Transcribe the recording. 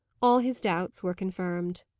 all his doubts were confirmed.